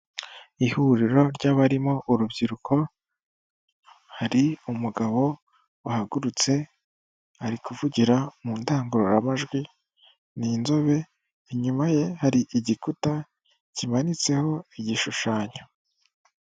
Ihuriro ry'abarimo urubyiruko hari umugabo wahagurutse ari kuvugira mu ndangururamajwi, ni inzobe, inyuma ye hari igikuta kimanitseho igishushanyo.